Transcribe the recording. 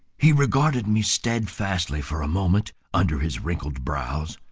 he regarded me steadfastly for a moment under his wrinkled brows,